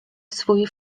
swój